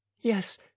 yes